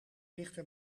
dichter